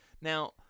Now